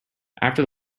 after